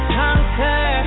conquer